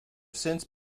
since